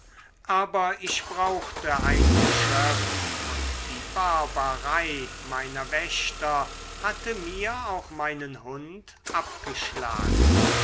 aber ich brauchte ein geschöpf und die barbarei meiner wächter hatte mir auch meinen hund abgeschlagen